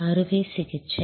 அறுவை சிகிச்சை